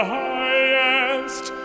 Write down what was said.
highest